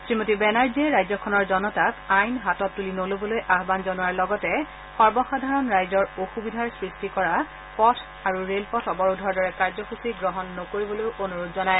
শ্ৰীমতী বেনাৰ্জীয়ে ৰাজ্যখনৰ জনতাক আইন হাতত তুলি নল'বলৈ আহ্মন জনোৱাৰ লগতে সৰ্বসাধাৰণ ৰাইজৰ অসুবিধাৰ সৃষ্টি কৰা পথ আৰু ৰেলপথ অৱৰোধৰ দৰে কাৰ্যসূচী গ্ৰহণ নকৰিবলৈও অনুৰোধ জনায়